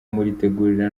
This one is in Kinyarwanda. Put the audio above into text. muritegurirwa